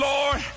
Lord